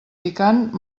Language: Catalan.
picant